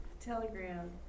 telegram